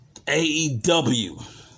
AEW